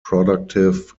productive